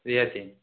ରିହାତି